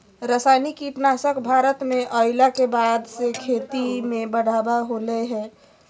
रासायनिक कीटनासक भारत में अइला के बाद से खेती में बढ़ावा होलय हें